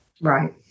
right